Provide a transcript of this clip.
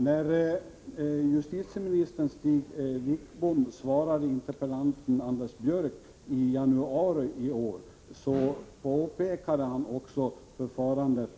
När justitieminister Sten Wickbom besvarade Anders Björcks interpellation i detta ärende i januari i år pekade han också på förfarandet